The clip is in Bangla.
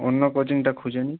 অন্য কোচিংটা খুঁজে নিই